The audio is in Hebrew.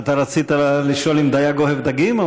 אתה רצית לשאול אם דייג אוהב דגים?